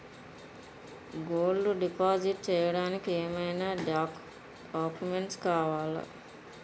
Gold deposit చేయడానికి ఏమైనా documents కావాలా?